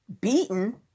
beaten